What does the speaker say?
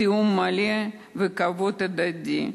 בתיאום מלא וכבוד הדדי.